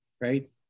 Right